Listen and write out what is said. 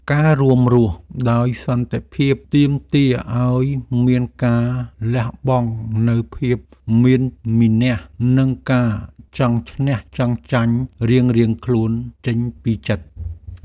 ការរួមរស់ដោយសន្តិភាពទាមទារឱ្យមានការលះបង់នូវភាពមានមានះនិងការចង់ឈ្នះចង់ចាញ់រៀងៗខ្លួនចេញពីចិត្ត។